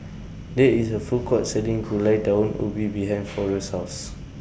There IS A Food Court Selling Gulai Daun Ubi behind Forrest's House